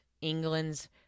England's